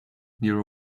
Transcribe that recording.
near